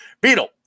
Beetle